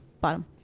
bottom